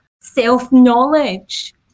self-knowledge